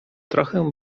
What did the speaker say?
trochę